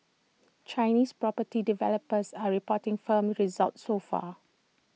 Chinese property developers are reporting firm results so far